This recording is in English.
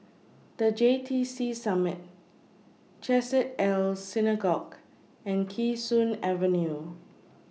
The J T C Summit Chesed El Synagogue and Kee Sun Avenue